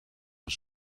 een